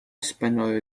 спиною